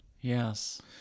yes